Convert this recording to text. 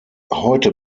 heute